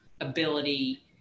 ability